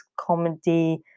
comedy